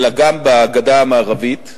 אלא גם בגדה המערבית,